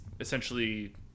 essentially